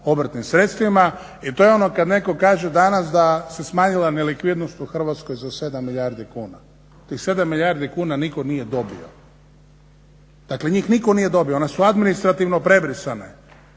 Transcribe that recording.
obrtnim sredstvima. I to je ono kada netko kaže danas da se smanjila nelikvidnost u Hrvatskoj za 7 milijardi kuna. Tih 7 milijardi kuna nitko nije dobio. Dakle njih nitko nije dobio, ona su administrativno prebrisane.